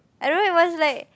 I don't know it was like